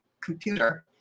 computer